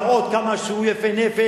להראות כמה שהוא יפה-נפש